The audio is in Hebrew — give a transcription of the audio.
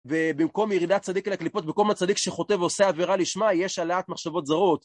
ובמקום ירידת צדיק אל הקליפות, במקום הצדיק שחוטא ועושה עבירה לשמיים, יש עליית מחשבות זרות.